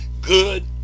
good